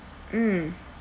mm